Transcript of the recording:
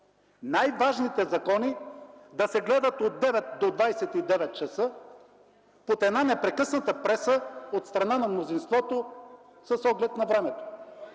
най-важните закони да се гледат от 9,00 до 29,00 ч, под една непрекъсната преса от страна на мнозинството с оглед на времето.